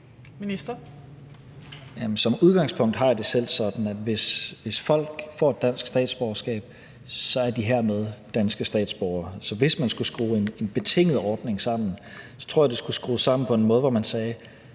Jamen som udgangspunkt har jeg det selv sådan, at hvis folk får et dansk statsborgerskab, er de hermed danske statsborgere. Så hvis man skulle skrue en betinget ordning sammen, tror jeg, den skulle skrues sammen på en måde, hvor man sagde: